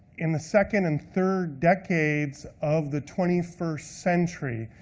in the second and third decades of the twenty first century,